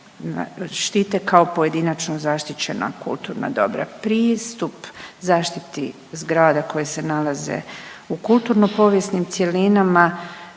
štite kao pojedinačno zaštićena kulturna dobra. Pristup zaštiti zgrada koje se nalaze u kulturno povijesnim cjelinama